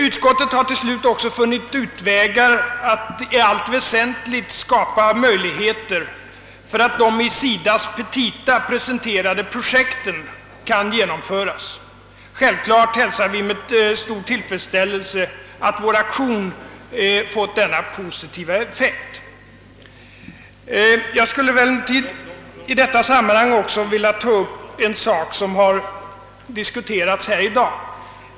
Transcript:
Utskottet har också funnit utvägar att i allt väsentligt skapa möjligheter för att de i SIDA:s petita presenterade projekten kan genomföras. Självklart hälsar vi med stor tillfredsställelse att vår aktion fått denna positiva effekt. Jag skulle emellertid i detta sammanhang också vilja ta upp en sak som diskuterats här i dag.